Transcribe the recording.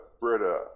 Britta